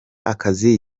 akazi